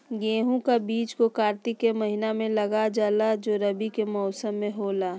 गेहूं का बीज को कार्तिक के महीना में लगा जाला जो रवि के मौसम में होला